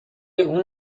اون